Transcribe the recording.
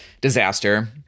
Disaster